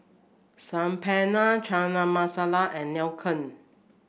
Saag Paneer Chana Masala and Nacho